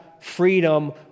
freedom